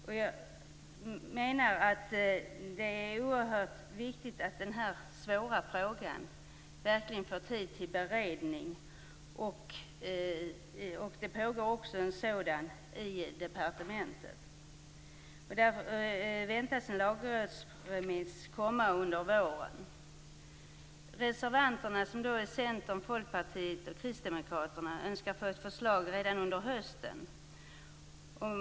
Jag menar att det är oerhört viktigt att den här svåra frågan verkligen ges tid för beredning. Det pågår en sådan i departementet. En lagrådsremiss väntas under våren. Reservanterna, dvs. Centern, Folkpartiet och Kristdemokraterna, önskar få ett förslag redan under hösten.